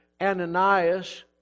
Ananias